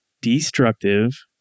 destructive